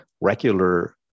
regular